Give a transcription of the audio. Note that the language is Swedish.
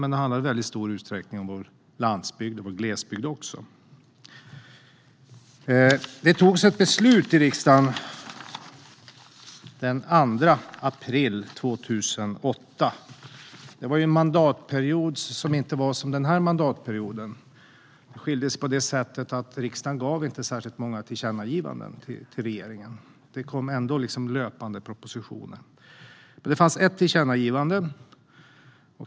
Men det handlar i väldigt stor utsträckning också om vår landsbygd och vår glesbygd. Det togs ett beslut i riksdagen den 2 april 2008. Det var en mandatperiod som inte var som den här mandatperioden. Det skilde sig på det sättet att riksdagen inte gav särskilt många tillkännagivanden till regeringen. Det kom ändå löpande propositioner. Men det fanns ett tillkännagivande.